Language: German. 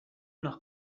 nach